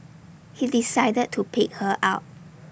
he decided to pick her up